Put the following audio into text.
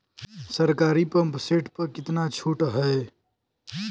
सरकारी pump set प कितना छूट हैं?